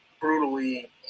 brutally